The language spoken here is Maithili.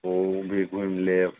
उ भी घूमि लेब